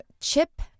Chip